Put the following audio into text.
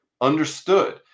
Understood